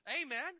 Amen